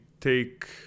take